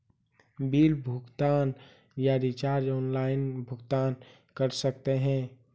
Bill भुगतान या recharge online भुगतान कर सकते हैं?